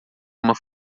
uma